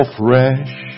fresh